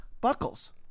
buckles